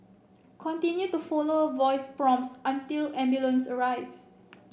continue to follow a voice prompts until ambulance arrives